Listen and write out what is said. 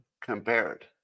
compared